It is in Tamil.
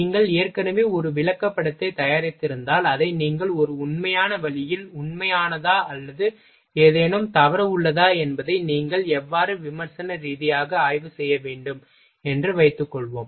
நீங்கள் ஏற்கனவே ஒரு விளக்கப்படத்தைத் தயாரித்திருந்தால் அதை நீங்கள் ஒரு உண்மையான வழியில் உண்மையானதா அல்லது ஏதேனும் தவறு உள்ளதா என்பதை நீங்கள் எவ்வாறு விமர்சன ரீதியாக ஆய்வு செய்ய வேண்டும் என்று வைத்துக்கொள்வோம்